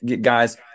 Guys